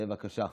בבקשה.